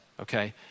okay